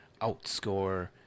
outscore